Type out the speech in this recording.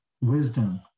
wisdom